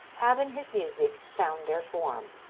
have in his music found their form.